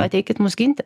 ateikit mus ginti